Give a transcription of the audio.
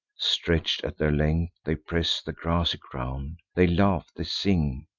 stretch'd at their length, they press the grassy ground they laugh, they sing,